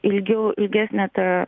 ilgiau ilgesnė ta